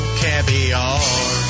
caviar